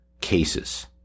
cases